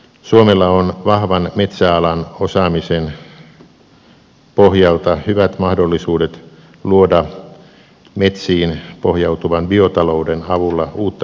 suomella on vahvan metsäalan osaamisen pohjalta hyvät mahdollisuudet luoda metsiin pohjautuvan biotalouden avulla uutta hyvinvointia